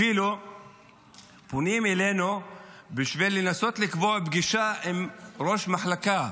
אפילו פונים אלינו בשביל לנסות לקבוע פגישה עם ראש מחלקה,